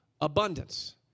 abundance